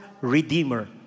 Redeemer